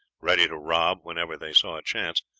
ready to rob whenever they saw a chance,